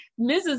Mrs